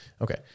Okay